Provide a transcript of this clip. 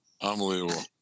Unbelievable